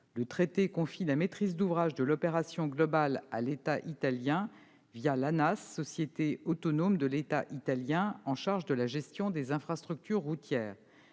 Le traité confie la maîtrise d'ouvrage de l'opération globale à l'État italien, l'ANAS, société autonome de l'État italien, chargée de la gestion des infrastructures routières.